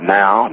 now